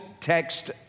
text